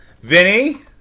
Vinny